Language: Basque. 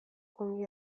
ongi